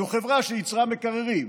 זו חברה שייצרה מקררים,